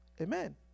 Amen